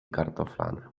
kartoflane